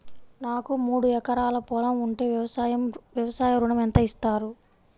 నాకు మూడు ఎకరాలు పొలం ఉంటే వ్యవసాయ ఋణం ఎంత ఇస్తారు?